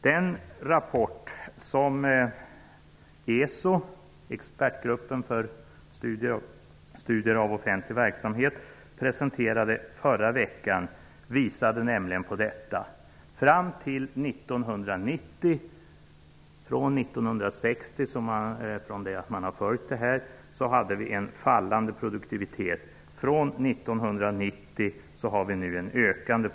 Den rapport som ESO, Expertgruppen för studier av offentlig verksamhet, presenterade förra veckan visade nämligen på detta. Från 1960, när man började följa detta, fram till 1990 var produktiviteten fallande. Från 1990 är produktiviteten ökande.